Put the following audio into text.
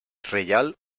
reial